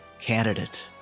candidate